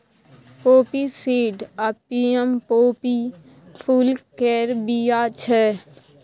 poppy seed opium poppy फुल केर बीया छै